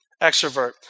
extrovert